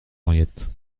henriette